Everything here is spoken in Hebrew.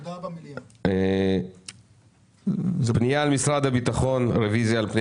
אבל זאת אחת הבעיות הקשות של שירות בתי